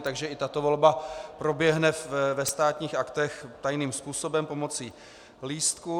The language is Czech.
Takže i tato volba proběhne ve Státních aktech tajným způsobem pomocí lístků.